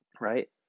right